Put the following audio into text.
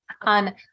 on